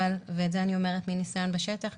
ואת זה אני אומרת מניסיון בשטח,